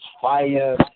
fire